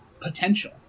potential